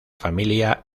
familia